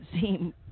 seem